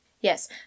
Yes